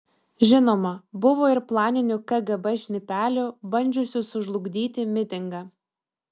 žinoma buvo ir planinių kgb šnipelių bandžiusių sužlugdyti mitingą